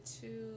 two